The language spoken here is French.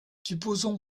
supposons